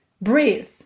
breathe